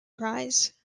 prize